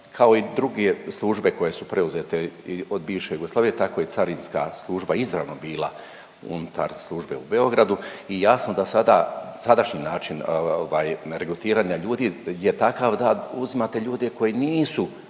kao i druge službe koje su preuzete od bivše Jugoslavije, tako i carinska služba izravno bila unutar službe u Beogradu i jasno da sada, sadašnji način regrutiranja ljudi je takav da uzimate ljude koji nisu